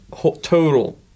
total